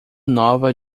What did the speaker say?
nova